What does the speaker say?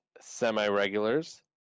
semi-regulars